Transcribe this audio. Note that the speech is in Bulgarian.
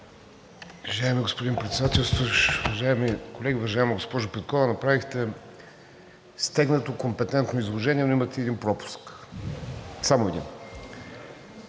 Уважаеми господин Председателстващ, уважаеми колеги! Уважаема госпожо Петкова, направихте стегнато компетентно изложение, но имахте един пропуск. Само един!